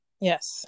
yes